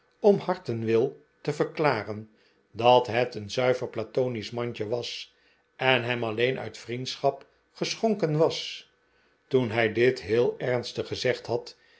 om hartentwil te verklaren dat het een zuiver platonisch mandje was en hem alleen uit vriendschap geschonken was toen hij dit heel ernstig gezegd had